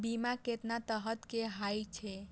बीमा केतना तरह के हाई छै?